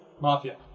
Mafia